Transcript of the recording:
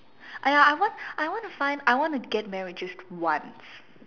!aiya! I want I want to find I want to get married just once